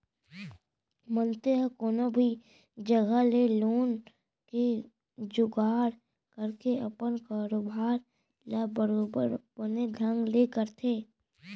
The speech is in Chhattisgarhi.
मनसे ह कोनो भी जघा ले लोन के जुगाड़ करके अपन कारोबार ल बरोबर बने ढंग ले करथे